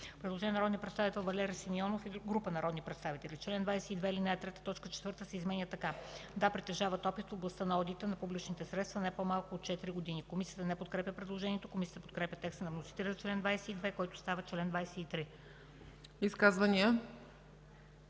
Предложение от народния представител Валери Симеонов и група народни представители: „Чл. 22, ал. 3, т. 4 се изменя така: „да притежава опит в областта на одита на публичните средства не по-малко от 4 години”.” Комисията не подкрепя предложението. Комисията подкрепя текста на вносителя за чл. 22, който става чл. 23. ПРЕДСЕДАТЕЛ